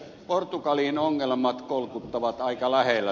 portugalin ongelmat kolkuttavat aika lähellä